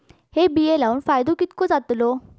हे बिये लाऊन फायदो कितको जातलो?